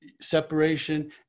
separation